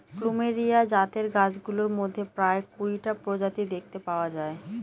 plumeria জাতের গাছগুলোর মধ্যে প্রায় কুড়িটা প্রজাতি দেখতে পাওয়া যায়